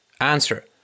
Answer